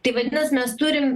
tai vadinas mes turim